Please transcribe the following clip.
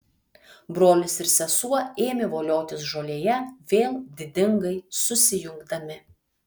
brolis ir sesuo ėmė voliotis žolėje vėl didingai susijungdami